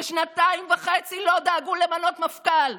ששנתיים וחצי לא דאגו למנות מפכ"ל,